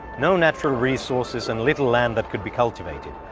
no natural resources, and little land that could be cultivated.